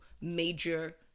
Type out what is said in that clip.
major